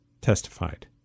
testified